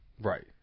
Right